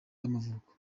y’amavuko